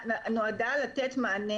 מכלל העולם,